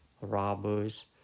robbers